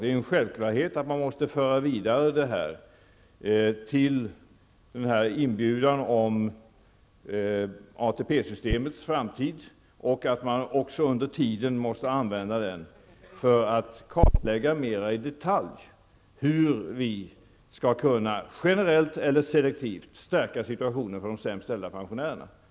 Det är en självklarhet att detta måste föras vidare till inbjudan om ATP-systemets framtid och att det under tiden måste göras en kartläggning mera i detalj av hur situationen för de sämst ställda pensionärerna skall kunna förbättras, generellt eller selektivt.